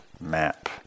map